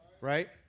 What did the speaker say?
right